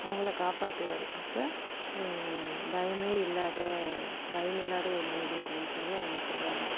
அவங்கள காப்பாற்றுவாரு அப்போ பயமே இல்லாத பயம் இல்லாத ஒரு மனிதன் அப்டின்னு சொல்லி அவங்க சொல்லுவாங்க